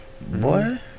Boy